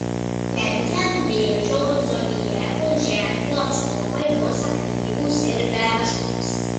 šiandien vėžio zodiako ženklo atstovai bus aktyvūs ir veržlūs